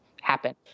happen